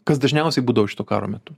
kas dažniausiai būdavo šito karo metu